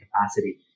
capacity